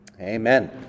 Amen